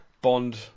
bond